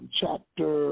chapter